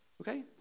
Okay